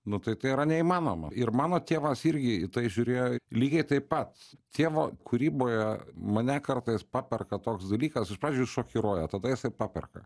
nu tai tai yra neįmanoma ir mano tėvas irgi į tai žiūrėjo lygiai taip pat tėvo kūryboje mane kartais paperka toks dalykas iš pradžių šokiruoja tada jisai paperka